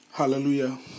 Hallelujah